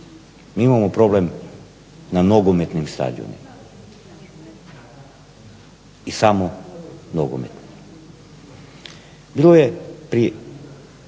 Mi imamo problem na nogometnim stadionima i samo nogometnim. Bilo je prije